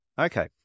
okay